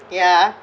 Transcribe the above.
ya